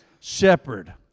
shepherd